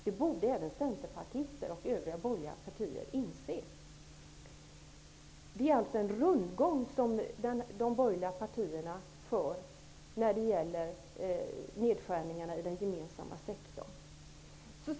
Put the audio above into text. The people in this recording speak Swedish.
Det borde även Centern och övriga borgerliga partier inse. Den politik som de borgerliga partierna för när det gäller nedskärningarna i den gemensamma sektorn innebär alltså att det blir en rundgång.